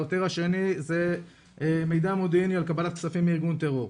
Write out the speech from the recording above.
העותר השני זה מידע מודיעיני על קבלת כספים מארגון טרור.